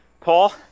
Paul